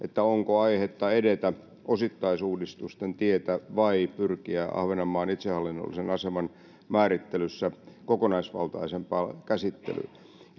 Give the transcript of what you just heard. onko aihetta edetä osittaisuudistusten tietä vai pyrkiä ahvenanmaan itsehallinnollisen aseman määrittelyssä kokonaisvaltaisempaan käsittelyyn